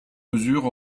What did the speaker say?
mesure